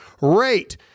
rate